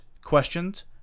questions